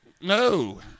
No